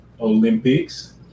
olympics